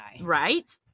Right